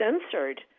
censored